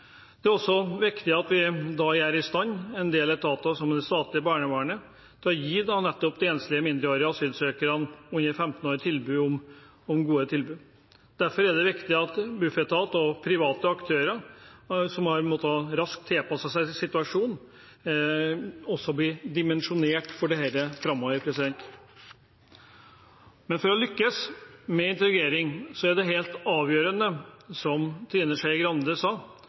Det er også viktig at vi gjør en del etater, som det statlige barnevernet, i stand til å gi de enslige mindreårige asylsøkerne under 15 år gode tilbud. Derfor er det viktig at Bufetat og private aktører, som raskt har måttet tilpasse seg situasjonen, også blir dimensjonert for dette framover. Men for å lykkes med integrering er det helt avgjørende, som Trine Skei Grande sa: